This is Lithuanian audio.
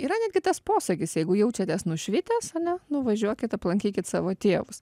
yra netgi tas posakis jeigu jaučiatės nušvitęs ane nuvažiuokit aplankykit savo tėvus